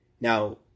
Now